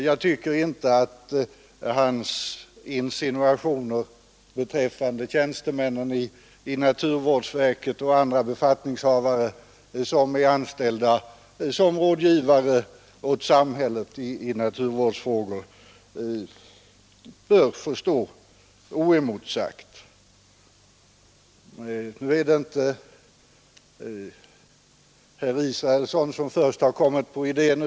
Jag tycker inte att hans insinuationer beträffande tjänstemän i naturvårdsverket och andra befattningshavare som är anställda som rådgivare åt samhället i naturvårdsfrågor bör få stå oemotsagda. Nu är det inte herr Israelsson som först kom med den här idén.